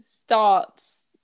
starts